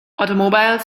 automobile